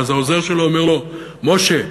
ואז העוזר שלו אומר לו: משה,